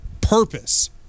purpose